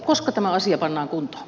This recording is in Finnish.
koska tämä asia pannaan kuntoon